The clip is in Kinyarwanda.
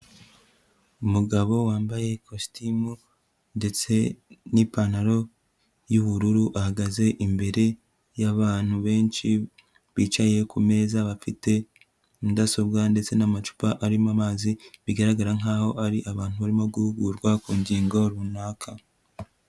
Umugabo wambaye ikositimu ndetse n'ipantaro y'ubururu, ahagaze imbere y'abantu benshi bicaye ku meza bafite mudasobwa ndetse n'amacupa arimo amazi, bigaragara nk'aho ari abantu barimo guhugurwa ku ngingo runaka.